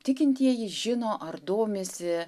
tikintieji žino ar domisi